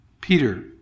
Peter